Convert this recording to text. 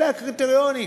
אלה הקריטריונים.